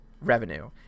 Revenue